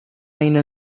اینه